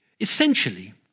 essentially